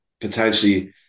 potentially